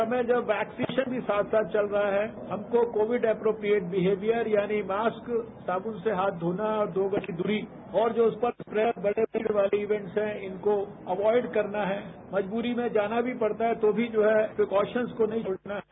समय जब वैक्सीनेशन साथ साथ चल रहा है हमको कोविड एप्रोप्रियेट बिहेवियर यानी मास्क साबुन से हाथ धोना है और दो गज की दूरी और जो बड़े बड़े भीड़ वाले इवेंट्स हैं इनको अवॉयड करना है मजबूरी में जाना भी पड़ता है तो भी जो है प्रिकोशन्स को नहीं छोड़ना है